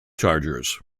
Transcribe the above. chargers